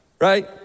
Right